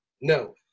No